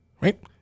right